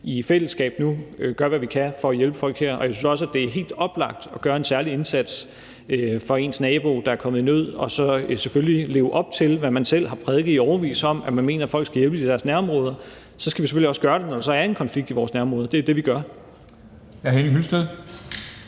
i fællesskab nu gør, hvad vi kan, for at hjælpe folk her, og jeg synes også, at det er helt oplagt at gøre en særlig indsats for ens nabo, der er kommet i nød – og så selvfølgelig leve op til, hvad man selv har prædiket i årevis, nemlig at folk skal hjælpes i deres nærområde. Så skal vi selvfølgelig også gøre det, når der så er en konflikt i vores nærområde – og det er jo det, vi gør.